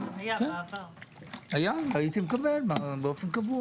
לגבי הנושא שעולה פה על סדר-היום,